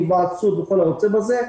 כמו: היוועצות וכיוצא בזה,